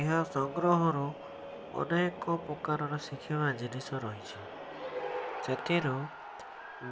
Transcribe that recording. ଏହା ସଂଗ୍ରହ ରୁ ଅନେକ ପ୍ରକାର ର ଶିଖିବା ଜିନିଷ ରହିଛି ସେଥିରୁ